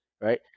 right